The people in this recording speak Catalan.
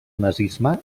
nazisme